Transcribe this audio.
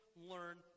learn